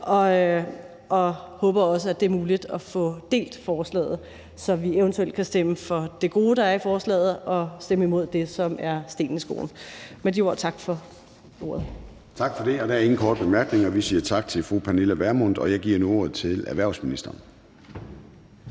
og håber også, at det er muligt at få delt forslaget, så vi eventuelt kan stemme for det gode, der er i forslaget, og stemme imod det, som er stenen i skoen. Med de ord vil jeg sige tak for ordet. Kl. 11:09 Formanden (Søren Gade): Tak for det. Der er ingen korte bemærkninger. Vi siger tak til fru Pernille Vermund, og jeg giver ordet til erhvervsministeren.